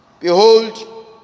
Behold